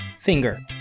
finger